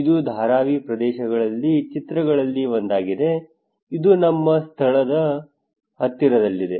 ಇದು ಧಾರಾವಿ ಪ್ರದೇಶಗಳ ಚಿತ್ರಗಳಲ್ಲಿ ಒಂದಾಗಿದೆ ಇದು ನಮ್ಮ ಸ್ಥಳವು ಹತ್ತಿರದಲ್ಲಿದೆ